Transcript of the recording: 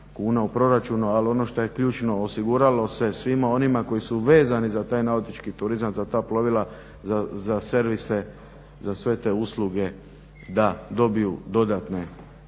kuna u proračunu. Ali ono što je ključno osiguralo se svima onima koji su vezani za taj nautički turizam, za ta plovila, za servise, za sve te usluge da dobiju dodatne